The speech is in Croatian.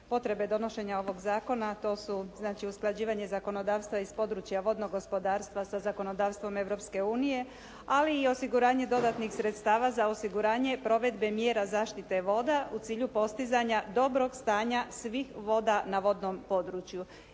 potrebe donošenja ovoga zakona, to su znači usklađivanje zakonodavstva iz područja vodnog gospodarstva sa zakonodavstvom Europske unije ali i osiguranje dodatnih sredstava za osiguranje provedbe mjera zaštite voda u cilju postizanja dobrog stanja svih voda na vodnom području.